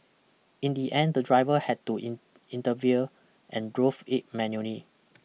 in the end the driver had to in intervene and drove it manually